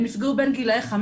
הן נפגעו בין גילאי ....